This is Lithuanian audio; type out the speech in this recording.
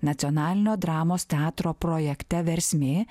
nacionalinio dramos teatro projekte versmė